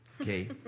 Okay